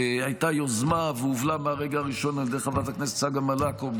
הייתה יוזמה והובלה מהרגע הראשון על ידי חברת הכנסת צגה מלקו,